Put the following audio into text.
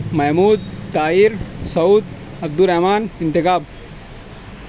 محمود طاہر سعود عبد الرحمن انتخاب